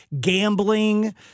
Gambling